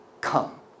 come